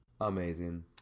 amazing